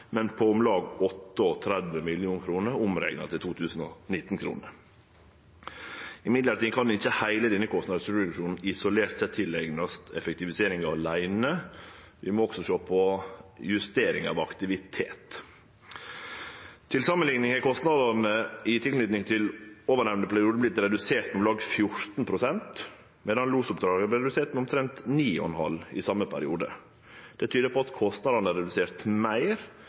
til 2019-kroner. Men heile denne kostnadsreduksjonen kan ikkje isolert sett skuldast effektivisering åleine. Vi må også sjå på justering av aktivitet. Til samanlikning har kostnadene i tilknyting til den ovannemnde perioden vorte reduserte med om lag 14 pst., medan losoppdraga vart reduserte med om lag 9,5 pst. i den same perioden. Det tyder på at kostnadene vert reduserte meir